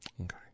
okay